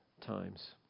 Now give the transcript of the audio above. times